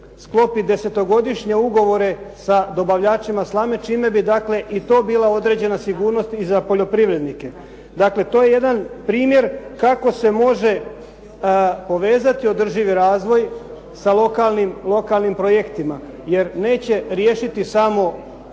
sklopi desetogodišnje ugovore sa dobavljačima slame, čime bi dakle i to bila određena sigurnost i za poljoprivrednike. Dakle, to je jedan primjer kako se može povezati održivi razvoj sa lokalnim projektima jer neće riješiti samo